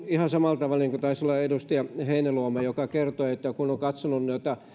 ihan samalla tavalla niin kuin taisi olla edustaja heinäluoma kertoi että kun on katsonut